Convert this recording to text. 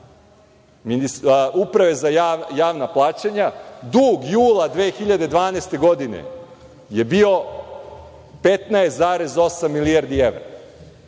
Uprave za javna plaćanja, dug jula 2012. godine je bio 15,8 milijardi evra.